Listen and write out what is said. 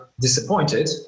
disappointed